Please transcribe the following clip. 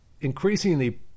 increasingly